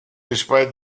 despite